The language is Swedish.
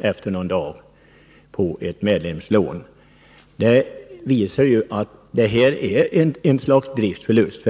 efter någon dag förts över på ett medlemslån. Detta visar att det här är ett slags driftförlust.